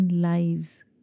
lives